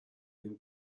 این